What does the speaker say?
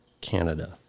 Canada